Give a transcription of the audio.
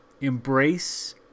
embrace